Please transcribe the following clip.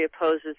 opposes